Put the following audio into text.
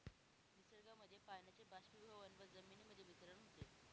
निसर्गामध्ये पाण्याचे बाष्पीभवन व जमिनीमध्ये वितरण होते